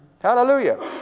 Hallelujah